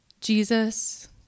Jesus